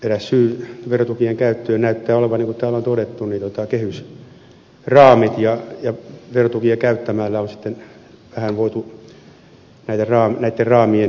eräs syy verotukien käyttöön näyttää olevan niin kuin täällä on todettu kehysraamit ja verotukia käyttämällä on sitten vähän voitu näitten raamien yli mennä